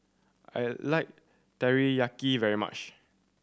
I like Teriyaki very much